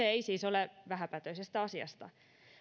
ei siis ole vähäpätöisestä asiasta